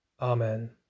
Amen